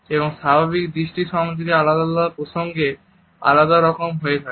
এবং স্বাভাবিক দৃষ্টি সংযোগ আলাদা আলাদা প্রসঙ্গে আলাদা রকম হয়ে থাকে